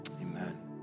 Amen